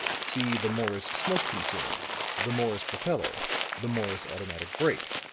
see the morris smoke consumer the morris propeller the morris automatic brake.